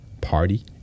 Party